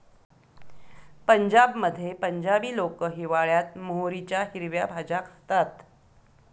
पंजाबमध्ये पंजाबी लोक हिवाळयात मोहरीच्या हिरव्या भाज्या खातात